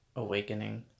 awakening